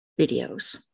videos